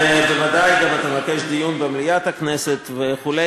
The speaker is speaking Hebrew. בוודאי גם תבקש דיון במליאת הכנסת וכו',